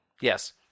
yes